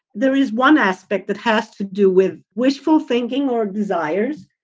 there is one aspect that has to do with wishful thinking or desires.